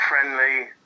friendly